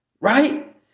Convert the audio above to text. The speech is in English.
Right